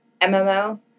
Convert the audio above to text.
MMO